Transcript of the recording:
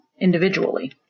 individually